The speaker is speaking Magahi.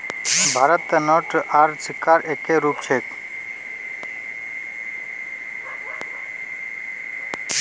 भारतत नोट आर सिक्कार एक्के रूप छेक